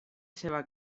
seva